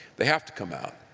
they have to come out.